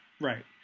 right